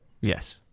Yes